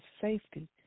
safety